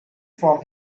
from